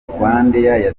rwandair